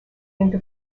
into